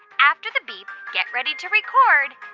after the beep, get ready to record